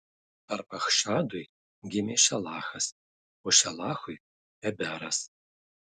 arpachšadui gimė šelachas o šelachui eberas